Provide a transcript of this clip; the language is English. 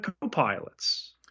co-pilots